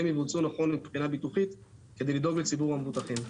יבוצעו נכון מבחינה ביטוחית כדי לדאוג לציבור המבוטחים.